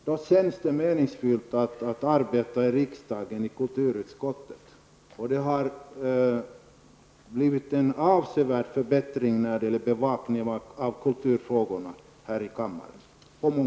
Då känns det menignsfyllt att arbeta i riksdagen och i kulturutskottet. Det har blivit en avsevärd förbättring när det gäller bevakningen av debatten om kulturfrågor här i kammaren.